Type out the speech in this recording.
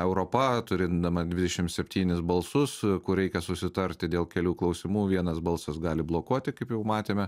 europa turėdama dvidešim septynis balsus kur reikia susitarti dėl kelių klausimų vienas balsas gali blokuoti kaip jau matėme